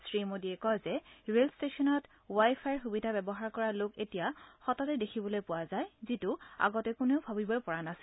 শ্ৰীমোদীয়ে কয় যে ৰেল ট্টেচনত ৱাই ফাইৰ সুবিধা ব্যৱহাৰ কৰা লোক এতিয়া সততে দেখিবলৈ পোৱা যায় যিটো আগতে কোনেও ভাবিবই পৰা নাছিল